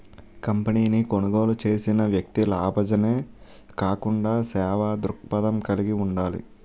కంపెనీని కొనుగోలు చేసిన వ్యక్తి లాభాజనే కాకుండా సేవా దృక్పథం కలిగి ఉండాలి